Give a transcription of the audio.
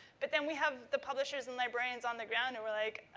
but then we have the publishers and librarians on the ground, who are like,